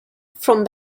from